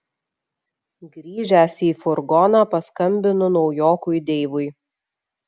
grįžęs į furgoną paskambinu naujokui deivui